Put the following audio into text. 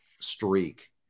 streak